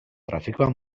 trafikoa